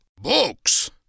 Books